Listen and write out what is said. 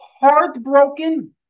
heartbroken